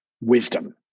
wisdom